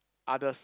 others